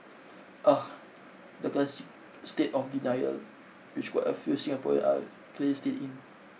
the classic state of denial which quite a few Singaporean are clearly still in